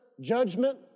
judgment